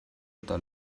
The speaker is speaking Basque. eta